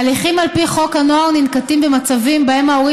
הליכים על פי חוק הנוער ננקטים במצבים שבהם ההורים